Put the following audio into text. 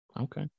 Okay